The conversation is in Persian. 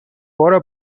برو